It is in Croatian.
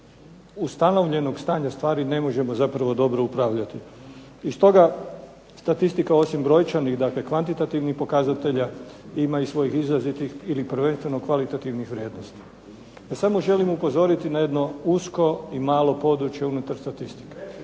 ustanovljenog stanja stvari ne možemo dobro upravljati. I stoga, statistika osim brojčanih, kvantitativnih pokazatelja ima i svojih izrazitih ili prvenstveno kvalitativnih vrijednosti. Samo želim upozoriti na jedno usko i malo područje unutar statistike,